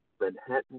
Manhattan